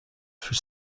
fut